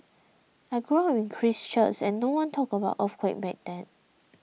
I grew up in Christchurch and nobody talked about earthquake back then